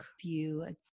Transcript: view